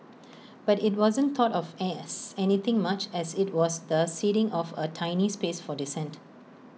but IT wasn't thought of as anything much as IT was the ceding of A tiny space for dissent